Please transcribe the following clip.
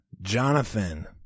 Jonathan